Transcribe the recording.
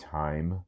time